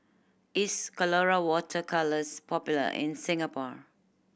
is Colora Water Colours popular in Singapore